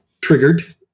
triggered